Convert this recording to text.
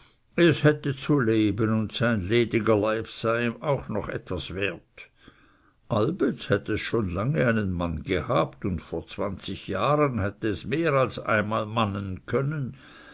es hätte zu leben und sein lediger leib sei ihm auch noch etwas wert allbets hätte es schon lange einen mann gehabt und vor zwanzig jahren hätte es mehr als einmal mannen können